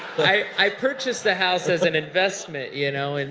i purchased the house as an investment, you know, and